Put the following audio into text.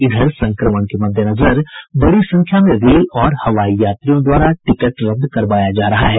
इधर संक्रमण के मद्देनजर बड़ी संख्या में रेल और हवाई यात्रियों द्वारा टिकट रद्द करवाया जा रहा है